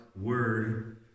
word